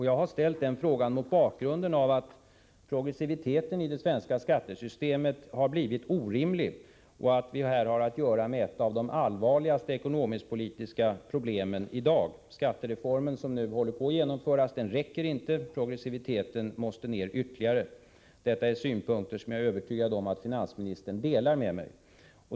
Jag har ställt den frågan mot bakgrund av att progressiviteten i det svenska skattesystemet har blivit orimlig och att vi här har att göra med ett av de allvarligaste ekonomiskpolitiska problemen i dag. Skattereformen, som nu håller på att genomföras, räcker inte. Progressiviteten måste minskas ytterligare. Detta är synpunkter som jag är övertygad om att finansministern delar med mig.